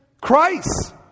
Christ